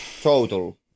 Total